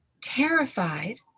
terrified